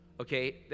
Okay